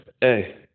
hey